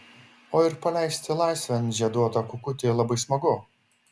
o ir paleisti laisvėn žieduotą kukutį labai smagu